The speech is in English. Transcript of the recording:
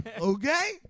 Okay